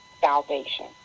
salvation